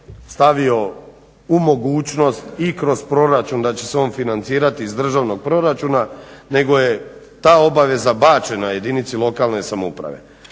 stavio u mogućnost i kroz proračun da će se on financirati iz državnog proračuna nego je ta obavijest zabačena jedinici lokalne samouprave.